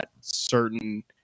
certain